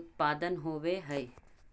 उत्पादन होवे हई